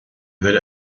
good